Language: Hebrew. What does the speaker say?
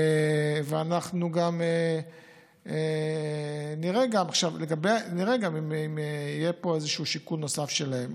אנחנו גם נראה גם אם יהיה פה איזשהו שיקול נוסף שלהם.